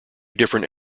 different